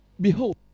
behold